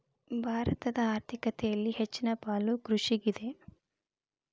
ಭಾರತದ ಆರ್ಥಿಕತೆಯಲ್ಲಿ ಹೆಚ್ಚನ ಪಾಲು ಕೃಷಿಗಿದೆ